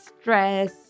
stress